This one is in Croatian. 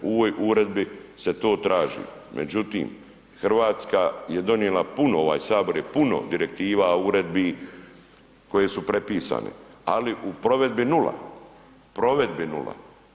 U ovoj uredbi se to traži, međutim, Hrvatska je donijela puno, ovaj Sabor je puno direktiva, uredbi koje su prepisane, ali u provedbi nula, provedbi nula.